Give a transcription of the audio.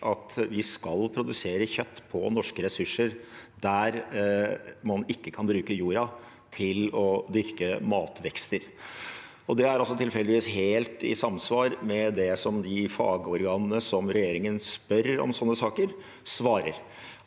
at vi skal produsere kjøtt på norske ressurser der man ikke kan bruke jorden til å dyrke matvekster. Det er også tilfeldigvis helt i samsvar med det fagorganene som regjeringen spør i sånne saker, svarer.